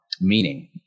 meaning